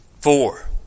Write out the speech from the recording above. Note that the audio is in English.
Four